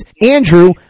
Andrew